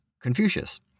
Confucius